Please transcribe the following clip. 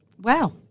Wow